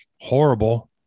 horrible